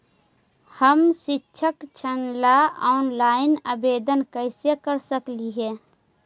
हम शैक्षिक ऋण ला ऑनलाइन आवेदन कैसे कर सकली हे?